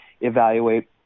evaluate